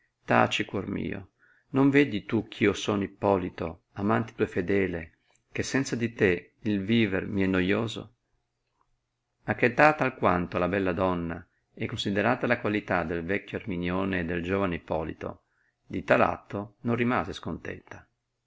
taci cuor mio non vedi tu eh io sono ippolito amante tuo fedele che senza di te il viver mi è noioso achetata alquanto la bella donna e considerata la qualità del vecchio erminione e del giovane ippolito di tal atto non rimase scontenta